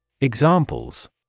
Examples